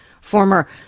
former